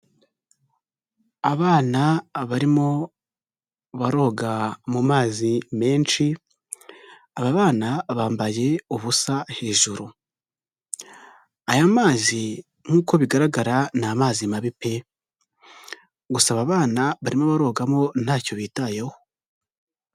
Abana barimo baroga mu mazi menshi, aba bana bambaye ubusa hejuru, aya mazi nk'uko bigaragara ni amazi mabi pee! gusa aba bana barimo barogamo ntacyo bitayeho.